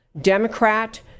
democrat